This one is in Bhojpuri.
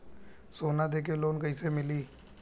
सोना दे के लोन कैसे मिली?